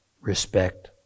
respect